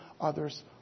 others